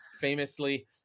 famously